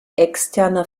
externer